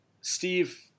Steve